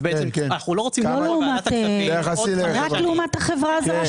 רק לעומת החברה הזרה?